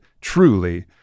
truly